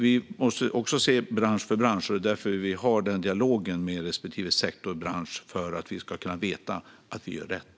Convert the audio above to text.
Vi måste se det bransch för bransch, och det är därför vi för den dialogen med respektive sektor och bransch - för att vi ska kunna veta att vi gör rätt.